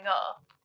up